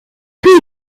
peut